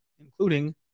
including